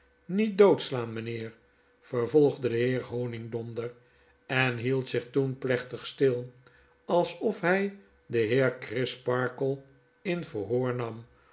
niet doodslaan meneer vervolgde de heer honigdonder en hield zich toen plechtig stil alsof hg den heer crisparkle in verhoor nam